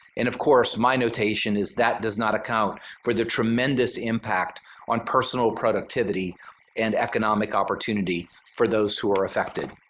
and of course my notation is that does not account for the tremendous impact on personal productivity and economic opportunity for those who are affected.